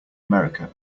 america